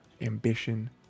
ambition